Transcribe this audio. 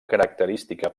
característica